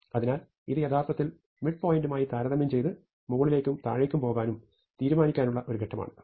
അതിനാൽ ഇത് യഥാർത്ഥത്തിൽ mid പോയിന്റുമായി താരതമ്യം ചെയ്ത് മുകളിലേക്കും താഴേക്കും പോകാനും തീരുമാനിക്കാനുള്ള ഒരു ഘട്ടങ്ങമാണ്